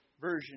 version